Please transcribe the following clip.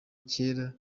kera